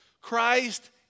Christ